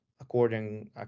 according